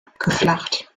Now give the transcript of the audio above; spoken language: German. abgeflacht